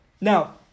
Now